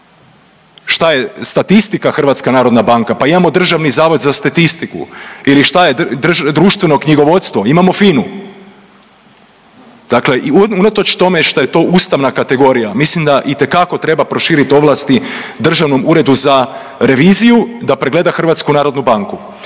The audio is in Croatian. Šta je statistika HNB? Pa imamo Državni zavod za statistiku ili šta je, društveno knjigovodstvo? Imamo FINA-u. Dakle i unatoč tome šta je to ustavna kategorija, mislim da itekako treba proširiti ovlasti Državnom uredu za reviziju da pregleda HNB. Vezano za